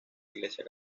iglesia